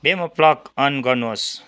Wemo plug in गर्नुहोस्